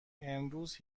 امروز